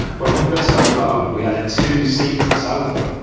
when we first got the boat we had a two seater sofa,